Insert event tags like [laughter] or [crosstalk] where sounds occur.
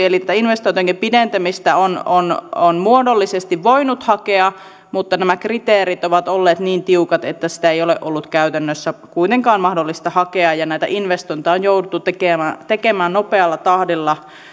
[unintelligible] eli tätä investointiaikojen pidentämistä on on muodollisesti voinut hakea mutta nämä kriteerit ovat olleet niin tiukat että sitä ei ole ollut käytännössä kuitenkaan mahdollista hakea näitä investointeja on jouduttu tekemään tekemään nopealla tahdilla